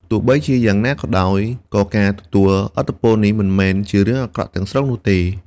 ទោះបីជាយ៉ាងណាក៏ដោយ ក៏ការទទួលឥទ្ធិពលនេះមិនមែនជារឿងអាក្រក់ទាំងស្រុងនោះទេ។